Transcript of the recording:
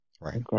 Right